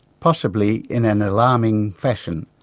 possibly in an alarming fashion.